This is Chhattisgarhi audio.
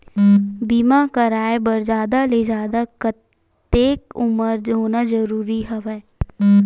बीमा कराय बर जादा ले जादा कतेक उमर होना जरूरी हवय?